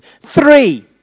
Three